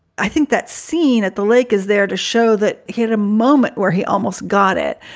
i think that scene at the lake is there to show that he had a moment where he almost got it.